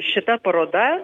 šita paroda